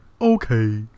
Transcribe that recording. Okay